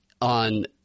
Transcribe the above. on